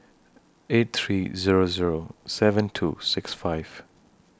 eight three Zero Zero seven two six five